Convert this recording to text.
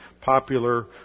popular